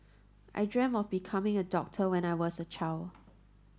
I dreamt of becoming a doctor when I was a child